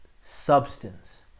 substance